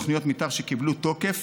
תוכניות מתאר שקיבלו תוקף,